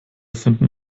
finden